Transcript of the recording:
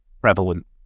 prevalent